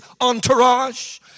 entourage